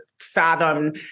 fathom